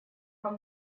как